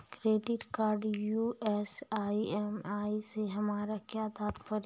Credit card use EMI से हमारा क्या तात्पर्य है?